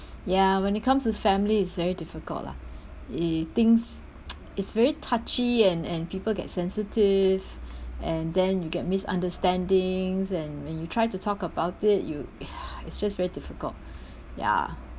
ya when it comes to family it's very difficult lah eh things is very touchy and and people get sensitive and then you get misunderstandings and when you try to talk about it you it's just very difficult ya